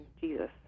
Jesus